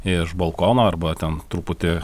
iš balkono arba ten truputį